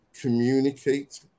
communicate